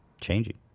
changing